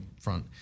front